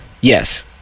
Yes